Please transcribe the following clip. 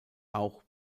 auch